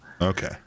Okay